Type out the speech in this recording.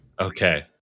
okay